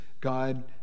God